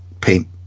paint